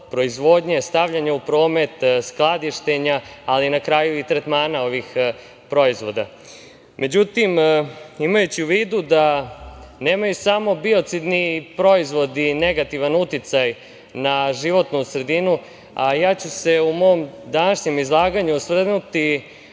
proizvodnje, stavljanja u promet, skladištenja, ali na kraju i tretmana ovih proizvoda.Međutim, imajući u vidu da nemaju samo biocidni proizvodi negativan uticaj na životnu sredinu, ja ću se u mom današnjem izlaganju osvrnuti